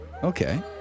Okay